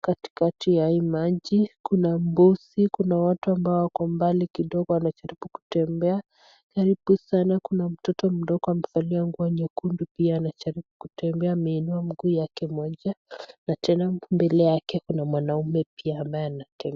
katikati ya hii maji. Kuna mbuzi, kuna watu ambao wako mbali kidogo wanajaribu kutembea. Karibu sana kuna mtoto mdogo amevalia nguo nyekundu pia anajaribu kutembea ameinua mguu yake moja, na tena mbele yake kuna mwanaume pia ambaye anate..